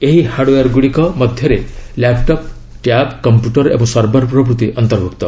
ଏହି ହାର୍ଡଓୟାର୍ ଗୁଡ଼ିକ ମଧ୍ୟରେ ଲ୍ୟାପ୍ଟପ୍ ଟ୍ୟାବ୍ କମ୍ପ୍ୟୁଟର ଓ ସର୍ଭର ପ୍ରଭୃତି ଅନ୍ତର୍ଭୁକ୍ତ